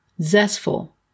Zestful